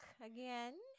again